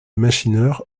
machineur